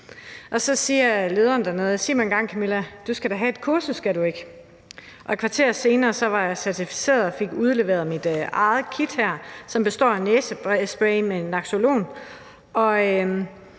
så siger lederen dernede: Sig mig engang, Camilla, du skal da have et kursus, skal du ikke? Og et kvarter senere var jeg certificeret og fik udleveret mit eget kit, som består af næsespray med naloxon,